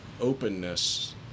openness